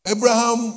Abraham